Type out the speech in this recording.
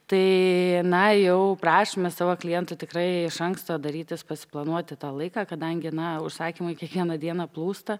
tai na jau prašome savo klientų tikrai iš anksto darytis pasiplanuoti tą laiką kadangi na užsakymai kiekvieną dieną plūsta